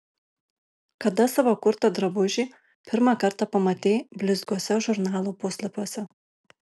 kada savo kurtą drabužį pirmą kartą pamatei blizgiuose žurnalų puslapiuose